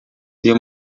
uyu